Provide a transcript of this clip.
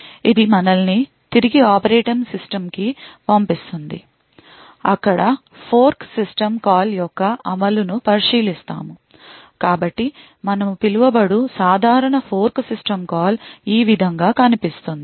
ఇది మనల్ని తిరిగి ఆపరేటింగ్ సిస్టమ్ కి తీసుకెళుతుంది అక్కడ ఫోర్క్ సిస్టమ్ కాల్ యొక్క అమలు ను పరిశీలిస్తాము కాబట్టి మనము పిలువబడు సాధారణ ఫోర్క్ సిస్టమ్ కాల్ ఈ విధంగా కనిపిస్తుంది